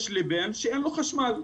יש לי בן שאין לו חשמל.